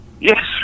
Yes